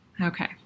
Okay